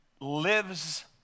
lives